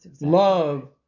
Love